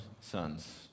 sons